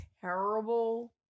terrible